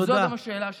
וזו גם השאלה שלי.